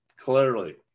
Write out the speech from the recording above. Clearly